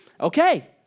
Okay